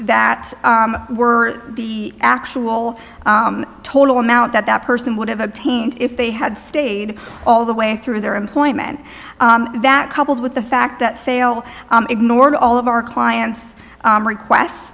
that were the actual total amount that that person would have obtained if they had stayed all the way through their employment that coupled with the fact that failed ignored all of our clients requests